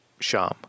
Sham